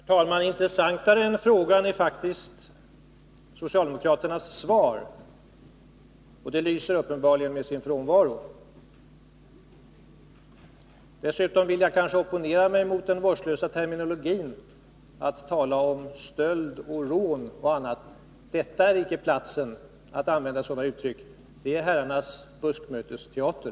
Herr talman! Intressantare än frågan är faktiskt socialdemokraternas svar, och det lyser uppenbarligen med sin frånvaro. Dessutom vill jag opponera mig mot den vårdslösa terminologin att tala om stöld, rån och annat. Detta är icke platsen att använda sådana uttryck — det är herrarnas buskmötesteater.